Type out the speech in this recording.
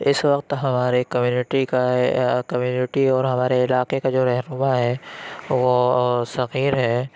اس وقت ہماری کمیونٹی کا کمیونٹی اور ہمارے علاقے کا جو رہنما ہے وہ سمیر ہے